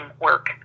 work